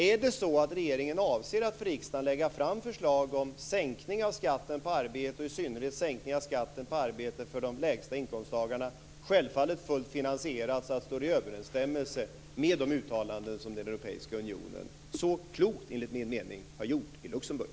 Är det så att regeringen avser att för riksdagen lägga fram förslag om en sänkning av skatten på arbete, i synnerhet på arbete för de lägsta inkomsttagarna - självfallet fullt finansierat så att det står i överensstämmelse med de uttalanden som den europeiska unionen, enligt min mening, så klokt har gjort i Luxemburg?